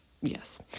yes